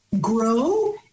grow